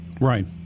Right